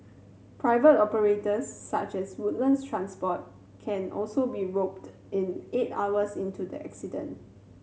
private operators such as Woodlands Transport can also be roped in eight hours into the incident